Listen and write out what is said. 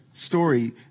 story